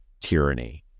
tyranny